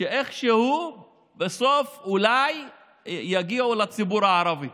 שאיכשהו בסוף אולי יגיעו לציבור הערבי.